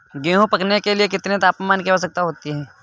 गेहूँ पकने के लिए कितने तापमान की आवश्यकता होती है?